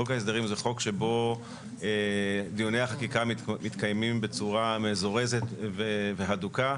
חוק ההסדרים הוא חוק שבו דיוני החקיקה מתקיימים בצורה מזורזת והדוקה.